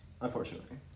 Unfortunately